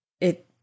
it-